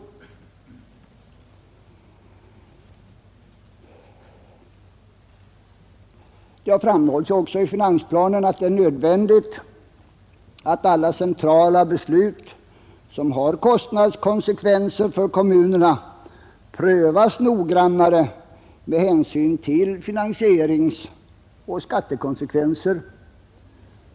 I finansplanen framhålls också att det är nödvändigt att alla centrala beslut som leder till kostnader för kommunerna prövas noggrannare med hänsyn till finansieringsoch skattekonsekvenser.